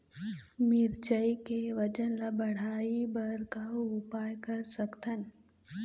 मिरचई के वजन ला बढ़ाएं बर का उपाय कर सकथन?